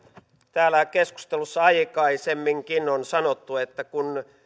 täällä keskustelussa aikaisemminkin on sanottu että kun